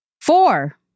Four